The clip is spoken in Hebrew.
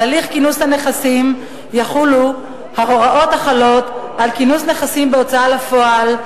על הליך כינוס הנכסים יחולו ההוראות החלות על כינוס נכסים בהוצאה לפועל,